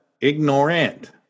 Ignorant